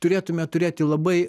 turėtume turėti labai